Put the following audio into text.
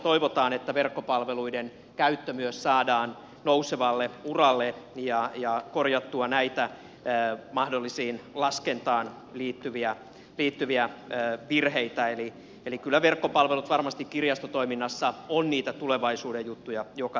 toivotaan että verkkopalveluiden käyttö myös saadaan nousevalle uralle ja korjattua näitä mahdollisia laskentaan liittyviä virheitä eli kyl lä verkkopalvelut varmasti kirjastotoiminnassa ovat niitä tulevaisuuden juttuja joka tapauksessa